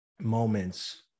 moments